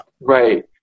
right